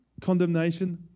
condemnation